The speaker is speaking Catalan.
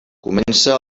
comença